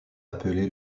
appelé